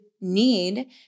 need